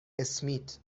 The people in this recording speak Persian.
اسمیت